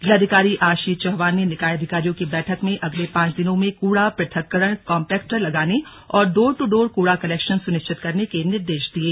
जिलाधिकारी आशीष चौहान ने निकाय अधिकारियों की बैठक में अगले पांच दिनों में कूड़ा पृथककरण कॉम्पेक्टर कॉम्पेक्टर लगाने और डोर दू डोर कूड़ा कलेक्शन सुनिश्चित करने के निर्देश दिये